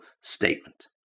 statement